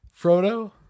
Frodo